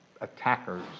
attackers